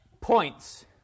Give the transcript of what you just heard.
points